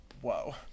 whoa